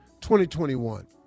2021